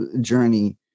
journey